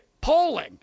Polling